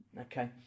Okay